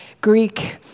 Greek